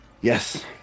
Yes